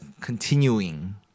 continuing